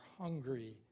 hungry